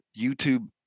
YouTube